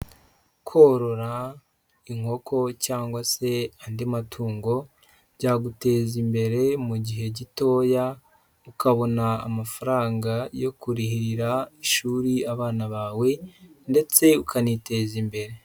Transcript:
Korora inkoko cyangwa se andi matungo, byaguteza imbere mu gihe gitoya, ukabona amafaranga yo kurihira ishuri abana bawe ndetse ukaniteza imbere.